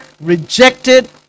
rejected